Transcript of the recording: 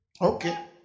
Okay